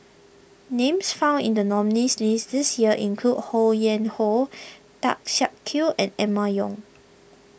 names found in the nominees' list this year include Ho Yuen Hoe Tan Siak Kew and Emma Yong